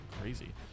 crazy